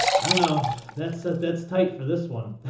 i don't know that's a that's tight for this one.